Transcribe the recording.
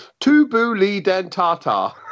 Tubulidentata